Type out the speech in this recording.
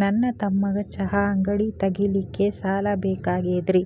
ನನ್ನ ತಮ್ಮಗ ಚಹಾ ಅಂಗಡಿ ತಗಿಲಿಕ್ಕೆ ಸಾಲ ಬೇಕಾಗೆದ್ರಿ